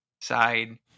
side